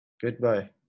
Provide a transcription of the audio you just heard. Goodbye